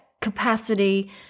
capacity